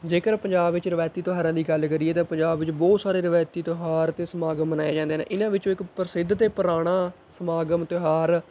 ਜੇਕਰ ਪੰਜਾਬ ਵਿੱਚ ਰਵਾਇਤੀ ਤਿਉਹਾਰਾਂ ਦੀ ਗੱਲ ਕਰੀਏ ਤਾਂ ਪੰਜਾਬ ਵਿੱਚ ਬਹੁਤ ਸਾਰੇ ਰਵਾਇਤੀ ਤਿਉਹਾਰ ਅਤੇ ਸਮਾਗਮ ਮਨਾਏ ਜਾਂਦੇ ਨੇ ਇਹਨਾਂ ਵਿੱਚੋਂ ਇੱਕ ਪ੍ਰਸਿੱਧ ਅਤੇ ਪੁਰਾਣਾ ਸਮਾਗਮ ਤਿਉਹਾਰ